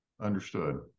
Understood